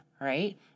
Right